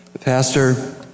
pastor